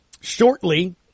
shortly